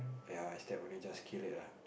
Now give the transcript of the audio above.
ya I step on it just kill it lah